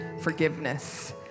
forgiveness